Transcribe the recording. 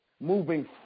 Moving